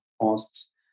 costs